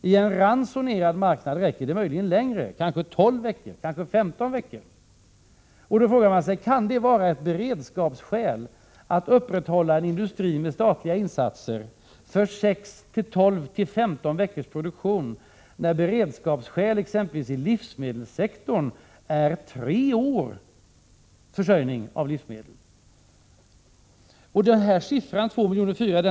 På en ransonerad marknad räcker denna mängd möjligen längre, kanske 12 eller 15 veckor. Man frågar sig om det kan vara av beredskapsskäl som man upprätthåller en industri med statliga insatser för 6, 12 eller 15 veckors produktion, när man vet att beredskapsskälen för livsmedelssektorn innebär att man har tre års försörjning av livsmedel. Siffran 2,4 miljoner m?